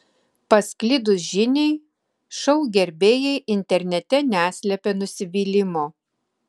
pasklidus žiniai šou gerbėjai internete neslepia nusivylimo